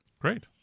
great